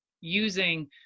using